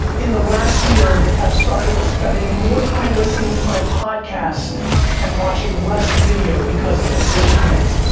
in the last year, have started spending more time listening to my podcast and watching less video because of it, raise your hands.